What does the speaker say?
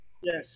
Yes